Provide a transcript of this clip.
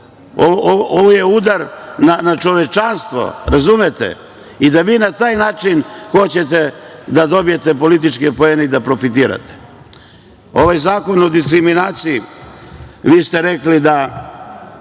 ovo je udar na čovečanstvo, razumete, i da vi na taj način hoćete da dobijete političke poene i da profitirate. Ovaj Zakon o diskriminaciji, vi ste rekli da